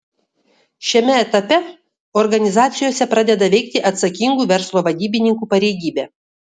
šiame etape organizacijose pradeda veikti atsakingų verslo vadybininkų pareigybė